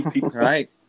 Right